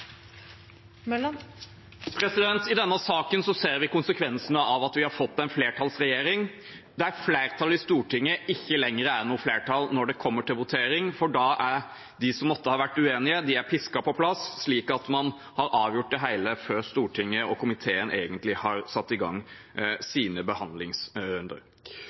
I denne saken ser vi konsekvensene av at vi har fått en flertallsregjering der flertallet i Stortinget ikke lenger er noe flertall når det kommer til votering, for da er de som måtte ha vært uenig, pisket på plass, slik at man har avgjort det hele før Stortinget og komiteen egentlig har satt i gang sine behandlingsrunder.